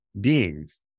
beings